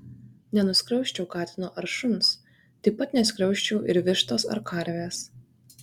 nenuskriausčiau katino ar šuns taip pat neskriausčiau ir vištos ar karvės